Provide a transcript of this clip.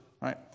right